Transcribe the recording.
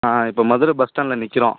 ஆ இப்போ மதுரை பஸ் ஸ்டாண்டில் நிற்கிறோம்